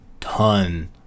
ton